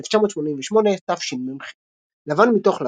1988 תשמ"ח לבן מתוך לבן,